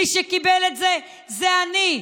מי שקיבל את זה זה אני.